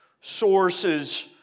sources